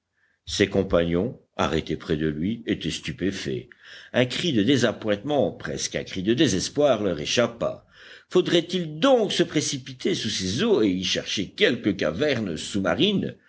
ses compagnons arrêtés près de lui étaient stupéfaits un cri de désappointement presque un cri de désespoir leur échappa faudrait-il donc se précipiter sous ces eaux et y chercher quelque caverne sous-marine